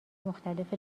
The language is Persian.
مختلف